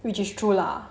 which is true lah